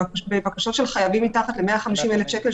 לגבי בקשות של חייבים מתחת ל-150,000 שקל,